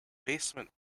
basement